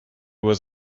was